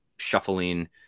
shuffling